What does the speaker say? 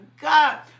God